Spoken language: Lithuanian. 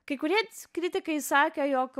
kai kurie kritikai sakė jog